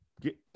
get